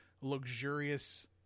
luxurious